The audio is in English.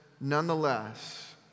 nonetheless